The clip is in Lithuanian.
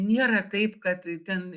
nėra taip kad ten